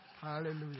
Hallelujah